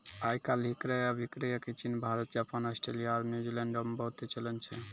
आइ काल्हि क्रय अभिक्रय के चीन, भारत, जापान, आस्ट्रेलिया आरु न्यूजीलैंडो मे बहुते चलन छै